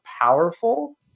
powerful